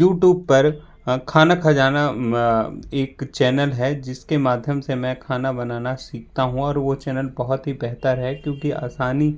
YouTube पर खाना खजाना एक channel है जिसके माध्यम से मैं खाना बनाना सीखता हूँ और वह चैनल बहुत ही बेहतर है क्योंकि आसानी